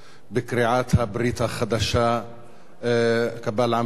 בקריעת הברית החדשה קבל עם ועדה.